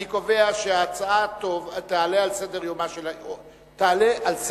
אני קובע שההצעה תעלה על סדר-יומה של הכנסת.